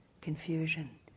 confusion